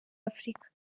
afurika